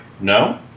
No